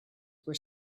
were